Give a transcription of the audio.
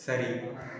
சரி